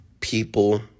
People